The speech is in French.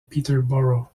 peterborough